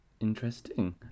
Interesting